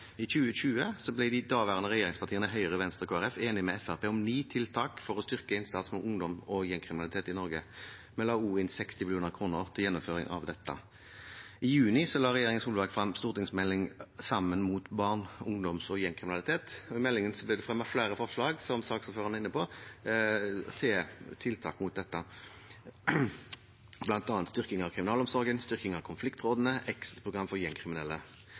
I 2020 ble de daværende regjeringspartiene, Høyre, Venstre og Kristelig Folkeparti, enig med Fremskrittspartiet om ni tiltak for å styrke innsatsen mot ungdom og gjengkriminalitet i Norge. Vi la også inn 60 mill. kr til gjennomføring av dette. I juni la regjeringen Solberg frem stortingsmeldingen Sammen mot barne-, ungdoms- og gjengkriminalitet. I meldingen ble det fremmet flere forslag, som saksordføreren var inne på, til tiltak mot dette, bl.a. styrking av kriminalomsorgen, styrking av konfliktrådene og exit-program for gjengkriminelle.